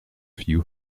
few